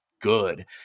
good